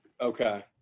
Okay